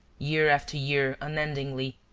year after year unendingly,